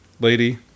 lady